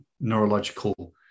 neurological